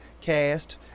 cast